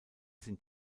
sind